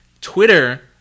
Twitter